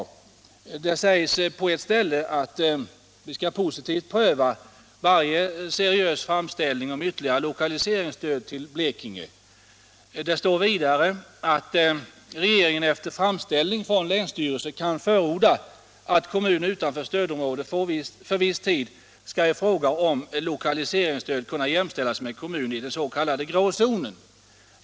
På ett ställe i svaret sägs det att regeringen är beredd att positivt pröva varje seriös framställning om ytterligare lokaliseringsstöd till Blekinge. Vidare sägs det att ”regeringen efter framställning från länsstyrelse kan förorda att kommun utanför stödområdet för viss tid skall i fråga om lokaliseringsstöd kunna jämställas med kommuner i den s.k. grå zonen”.